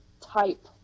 type